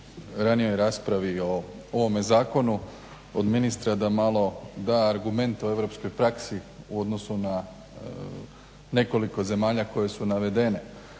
ranijoj raspravi o ovom zakonu od ministra da malo da argument o europskoj praksi u odnosu na nekoliko zemalja koje su navedene.